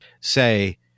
say